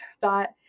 thought